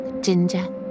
ginger